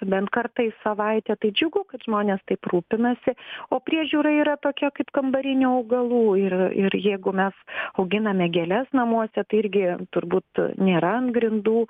bent kartais savaitę tai džiugu kad žmonės taip rūpinasi o priežiūra yra tokia kaip kambarinių augalų ir ir jeigu mes auginame gėles namuose tai irgi turbūt nėra ant grindų